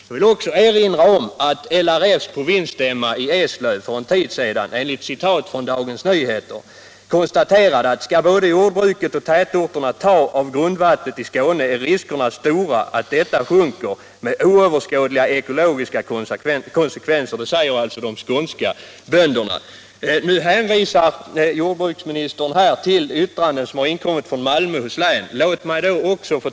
Jag vill också erinra om att Skånes bönder vid LRF:s provinsstämma i Eslöv för en tid sedan, enligt citat från Dagens Nyheter den 3 december 1976, säger att ”ska både jordbruket och tätorterna ta av grundvattnet i Skåne är riskerna stora att detta sjunker med oöverskådliga ekologiska konsekvenser”. Jordbruksministern hänvisar till det yttrande som inkommit från länsstyrelsen i Malmöhus län.